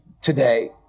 today